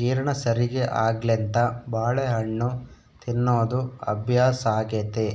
ಜೀರ್ಣ ಸರಿಗೆ ಆಗ್ಲೆಂತ ಬಾಳೆಹಣ್ಣು ತಿನ್ನೋದು ಅಭ್ಯಾಸಾಗೆತೆ